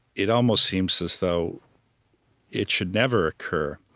it almost seems as though it should never occur.